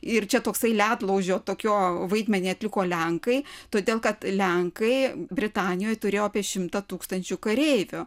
ir čia toksai ledlaužio tokio vaidmenį atliko lenkai todėl kad lenkai britanijoj turėjo apie šimtą tūkstančių kareivių